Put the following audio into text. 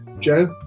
Joe